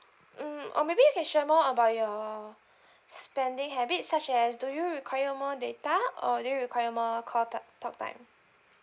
mm or maybe you can share more about your spending habits such as do you require more data or do you require more call ti~ talk time